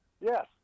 Yes